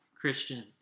Christian